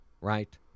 Right